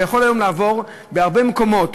אתה יכול היום לעבור בהרבה מקומות